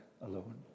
alone